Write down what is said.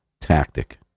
tactic